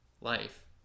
life